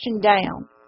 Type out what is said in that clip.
down